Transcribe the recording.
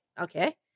Okay